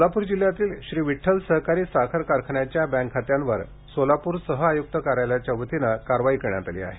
सोलापूर जिल्ह्यातील श्री विठ्ठल सहकारी साखर कारखान्याच्या बँक खात्यांवर सोलापूर सह आयुक्त कार्यालयाच्या वतीनं कारवाई करण्यात आली आहे